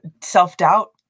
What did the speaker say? self-doubt